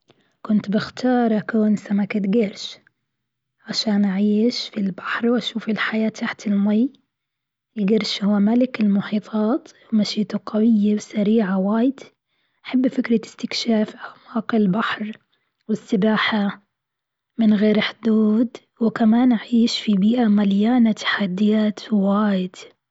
كنت بختار أكون سمكة قرش، عشان أعيش في البحر وأشوف الحياة تحت المي، القرش هو ملك المحيطات مشيته قوية وسريعة واجد، أحب فكرة استكشاف أفاق البحر، والسباحة من غير حدود وكمان أعيش في بيئة مليانة تحديات واجد.